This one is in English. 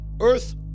Earth